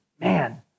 man